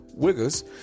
wiggers